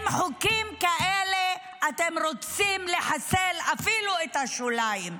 עם חוקים כאלה אתם רוצים לחסל אפילו את השוליים.